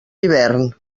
hivern